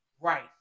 Right